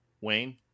Wayne